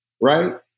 right